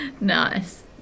Nice